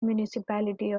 municipality